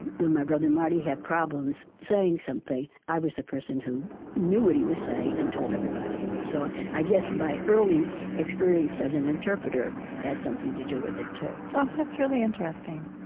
when my brother marty had problems saying something, i was the person who knew what he was saying and told everybody. so i guess my early experience as an interpreter had something to do with it, too that's really interesting.